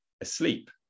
asleep